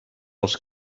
els